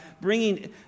bringing